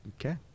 Okay